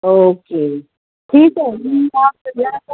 okay ठीक आहे